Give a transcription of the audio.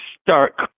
start